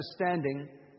understanding